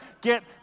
get